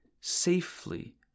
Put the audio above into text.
safely